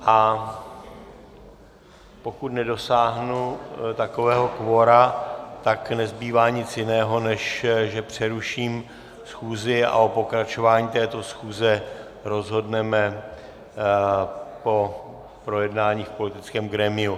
A pokud nedosáhnu takového kvora, tak nezbývá nic jiného, než že přeruším schůzi a o pokračování této schůze rozhodneme po projednání v politickém grémiu.